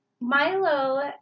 Milo